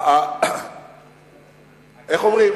איך אומרים?